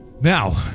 now